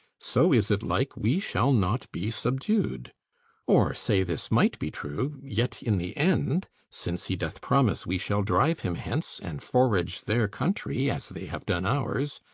so is it like, we shall not be subdued or say this might be true, yet in the end, since he doth promise we shall drive him hence and forage their country as they have done ours,